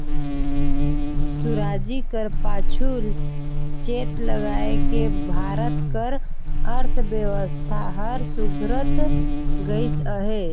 सुराजी कर पाछू चेत लगाएके भारत कर अर्थबेवस्था हर सुधरत गइस अहे